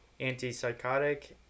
antipsychotic